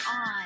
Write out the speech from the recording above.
on